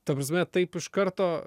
ta prasme taip iš karto